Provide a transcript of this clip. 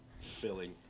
filling